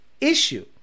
issue